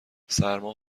سرما